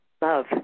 Love